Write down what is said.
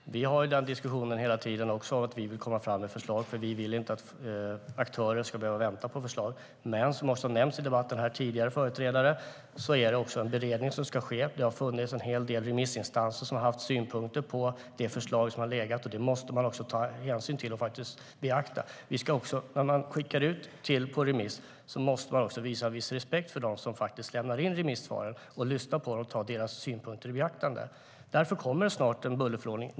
STYLEREF Kantrubrik \* MERGEFORMAT BostadspolitikSnart kommer det en bullerförordning.